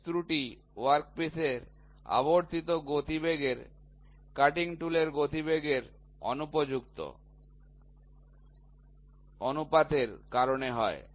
pitch ত্রুটি ওয়ার্কপিসের আবর্তিত গতিবেগের কাটিং টুলের গতিবেগের অনুপযুক্ত অনুপাতের কারণে হয়